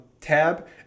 tab